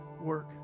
work